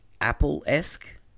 Apple-esque